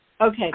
Okay